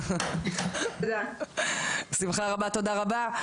תודה רבה.